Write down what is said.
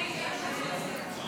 ההצעה להעביר את הצעת חוק המרכז לגביית